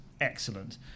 excellent